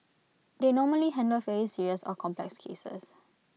they normally handle very serious or complex cases